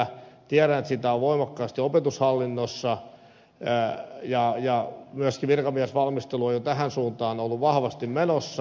tiedän että sitä on voimakkaasti opetushallinnossa ja myöskin virkamiesvalmistelu on jo tähän suuntaan ollut vahvasti menossa